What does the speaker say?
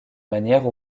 manières